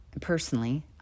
Personally